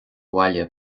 bhaile